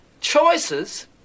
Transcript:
Choices